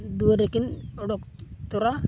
ᱫᱩᱣᱟᱹᱨ ᱨᱮᱠᱤᱱ ᱚᱰᱚᱠ ᱛᱚᱨᱟᱜᱼᱟ